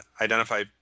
identify –